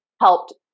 helped